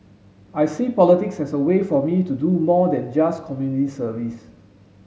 I see politics as a way for me to do more than just community service